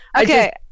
okay